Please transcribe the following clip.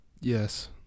Yes